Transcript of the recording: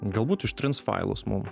galbūt ištrins failus mum